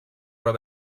راه